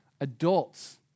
adults